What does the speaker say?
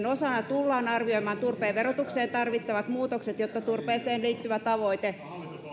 osana tullaan arvioimaan turpeen verotukseen tarvittavat muutokset jotta turpeeseen liittyvä tavoite